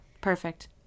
perfect